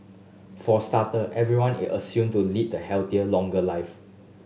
for starter everyone is assumed to lead the healthier longer life